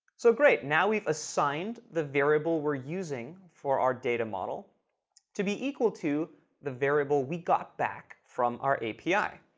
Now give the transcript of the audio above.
so great, now we've assigned the variable we're using for our data model to be equal to the variable we got back from our api.